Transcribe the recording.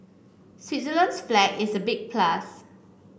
Switzerland's flag is a big plus